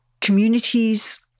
communities